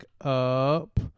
up